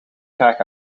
graag